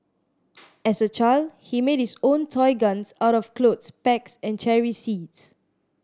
as a child he made his own toy guns out of clothes pegs and cherry seeds